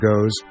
goes